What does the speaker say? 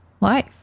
life